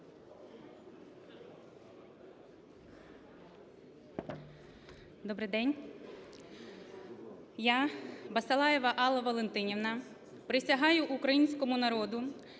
Добрий день! Я, Басалаєва Алла Валентинівна, присягаю українському народу